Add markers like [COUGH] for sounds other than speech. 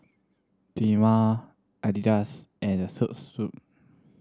Dilmah Adidas and The [UNINTELLIGIBLE]